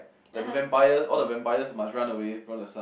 like the vampires all the vampires must run away from the sun